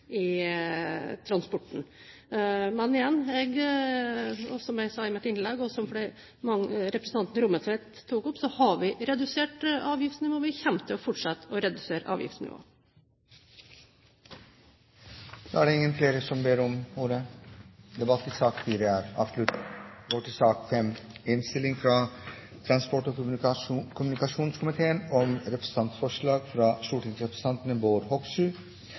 transporten. Men igjen, som jeg sa i mitt innlegg, og som representanten Rommetveit tok opp, har vi redusert avgiftene, og vi kommer til å fortsette med å redusere avgiftsnivået. Flere har ikke bedt om ordet til sak nr. 4. Etter ønske fra transport- og kommunikasjonskomiteen